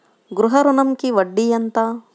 గృహ ఋణంకి వడ్డీ ఎంత?